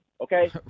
Okay